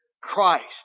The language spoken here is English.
Christ